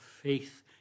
faith